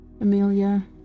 Amelia